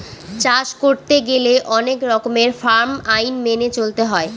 চাষ করতে গেলে অনেক রকমের ফার্ম আইন মেনে চলতে হয়